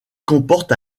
comporte